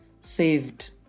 saved